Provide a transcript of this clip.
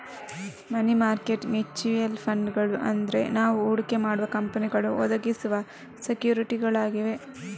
ಮನಿ market mutual ಫಂಡುಗಳು ಅಂದ್ರೆ ನಾವು ಹೂಡಿಕೆ ಮಾಡುವ ಕಂಪನಿಗಳು ಒದಗಿಸುವ ಸೆಕ್ಯೂರಿಟಿಗಳಾಗಿವೆ